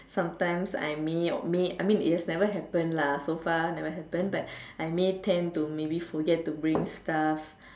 sometimes I may or may I mean it has never happen lah so far never happen but I may tend to maybe forget to bring stuff